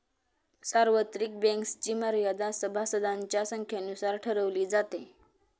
सार्वत्रिक बँक्सची मर्यादा सभासदांच्या संख्येनुसार ठरवली जाते